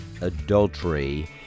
adultery